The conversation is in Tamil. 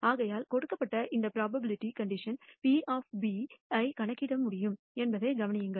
ஆகையால் கொடுக்கப்பட்ட இந்த ப்ரோபபிலிட்டி கண்டிஷனல் P ஐ நான் கணக்கிட முடியும் என்பதைக் கவனியுங்கள்